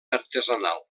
artesanal